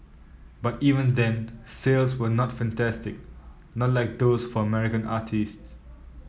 but even then sales were not fantastic not like those for American artistes